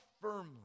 firmly